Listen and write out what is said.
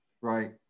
right